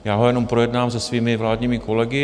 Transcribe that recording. Já ho jenom projednám se svými vládními kolegy.